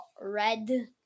red